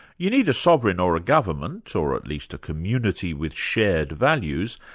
you need a sovereign or a government, or at least a community with shared values,